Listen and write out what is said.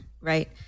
Right